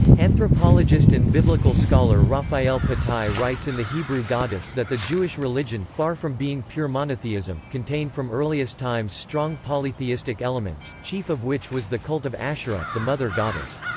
anthropologist and biblical scholar raphael patai writes in the hebrew goddess that the jewish religion, far from being pure monotheism, contained from earliest times strong polytheistic elements, chief of which was the cult of asherah, the mother goddess.